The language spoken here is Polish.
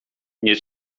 nie